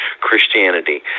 Christianity